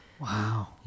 Wow